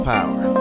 Power